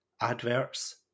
adverts